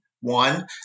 one